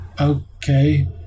Okay